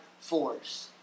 force